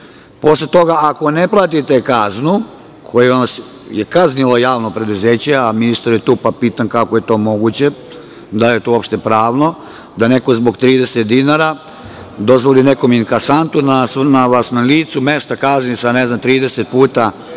Posle toga, ako ne platite kaznu kojom vas je kaznilo javno preduzeće, a ministar je tu pa pitam kako je to moguće, da li je to uopšte pravno, da neko zbog 30 dinara dozvoli nekom inkasantu da vas na licu mesta kazni sa, ne znam,